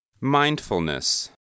Mindfulness